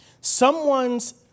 Someone's